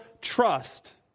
trust